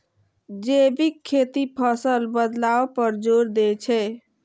जैविक खेती फसल बदलाव पर जोर दै छै